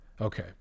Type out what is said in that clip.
Okay